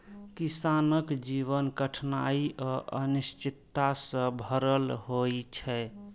किसानक जीवन कठिनाइ आ अनिश्चितता सं भरल होइ छै